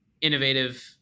innovative